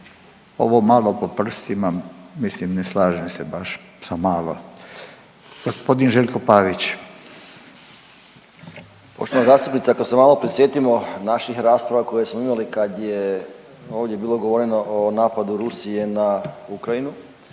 Ovo malo po prstima mislim ne slažem se baš sa malo. Gospodin Željko Pavić. **Pavić, Željko (Nezavisni)** Poštovana zastupnice kad se malo prisjetimo naših rasprava koje smo imali kad je ovdje bilo govoreno o napadu Rusije na Ukrajinu